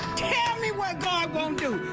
me what god won't do.